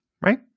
right